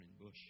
bush